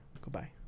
Goodbye